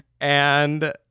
And-